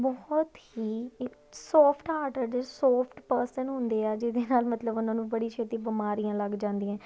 ਬਹੁਤ ਹੀ soft hearted ਦੇ ਸੋਫਟ ਪਰਸਨ ਹੁੰਦੇ ਆ ਜਿਹਦੇ ਨਾਲ ਮਤਲਬ ਉਹਨਾਂ ਨੂੰ ਬੜੀ ਛੇਤੀ ਬਿਮਾਰੀਆਂ ਲੱਗ ਜਾਂਦੀਆਂ